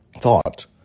thought